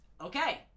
okay